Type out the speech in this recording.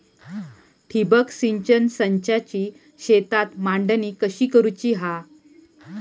ठिबक सिंचन संचाची शेतात मांडणी कशी करुची हा?